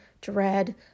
dread